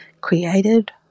created